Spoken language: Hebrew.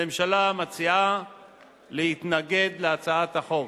הממשלה מציעה להתנגד להצעת החוק.